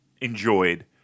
enjoyed